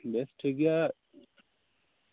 ᱵᱮᱥ ᱴᱷᱤᱠᱜᱮᱭᱟ